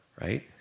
right